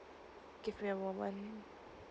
give me a moment